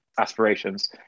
aspirations